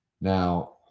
Now